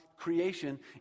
Creation